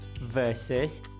versus